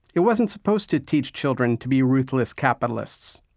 it wasn't supposed to teach children to be ruthless capitalists.